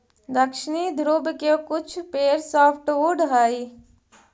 दक्षिणी ध्रुव के कुछ पेड़ सॉफ्टवुड हइ